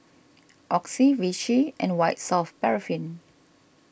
Oxy Vichy and White Soft Paraffin